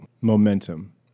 momentum